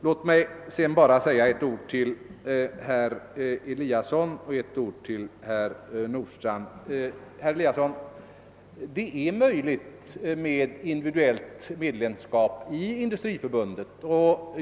Låt mig sedan bara säga ett ord till herr Eliasson i Sundborn och ett ord till herr Nordstrandh! Det är, herr Eliasson, möjligt med ett individuellt medlemskap i Sveriges industriförbund.